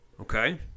Okay